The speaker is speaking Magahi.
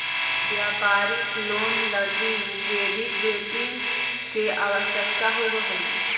व्यापारिक लोन लगी क्रेडिट रेटिंग के आवश्यकता होवऽ हई